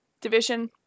division